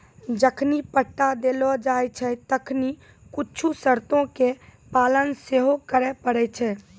जखनि पट्टा देलो जाय छै तखनि कुछु शर्तो के पालन सेहो करै पड़ै छै